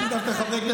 דקה.